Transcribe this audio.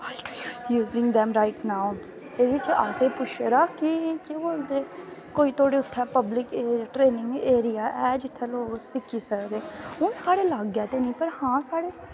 using right now एह्दे च असेंगी पुच्छे दा कि केह् बोलदे कोई थुआढे उत्थै पब्लिक एरिया है जित्थै लोग सिक्खी सकदे हून साढ़े लाग्गे ते निं पर हां साढ़े